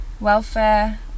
welfare